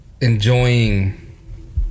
enjoying